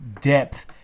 depth